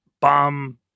bomb